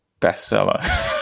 bestseller